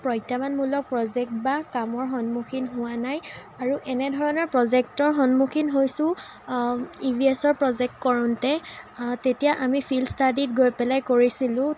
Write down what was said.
প্ৰত্যাহ্বানমূলক প্ৰজেক্ট বা কামৰ সন্মুখীন হোৱা নাই আৰু এনেধৰণৰ প্ৰজেক্টৰ সন্মুখীন হৈছোঁ ই ভি এছৰ প্ৰজেক্ট কৰোঁতে তেতিয়া আমি ফিল্ড ষ্টাডীত গৈ পেলাই কৰিছিলোঁ